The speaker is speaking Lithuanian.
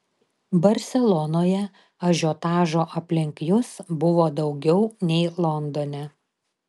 barselonoje ažiotažo aplink jus buvo daugiau nei londone